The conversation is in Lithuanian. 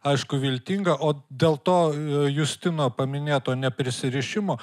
aišku viltinga o dėl to justino paminėto neprisirišimo